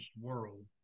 world